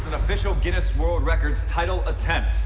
official guinness world records title attempt.